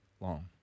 long